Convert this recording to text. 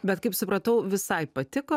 bet kaip supratau visai patiko